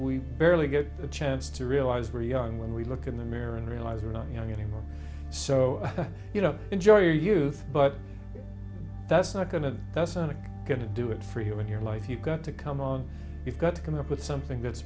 we barely get a chance to realize where young when we look in the mirror and realize you're not young anymore so you know enjoy your youth but that's not going to that's not going to do it for you in your life you've got to come on you've got to come up with something that's